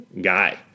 guy